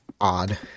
odd